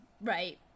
Right